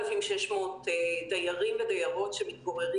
לעשות סיבוב כדי קצת לאוורר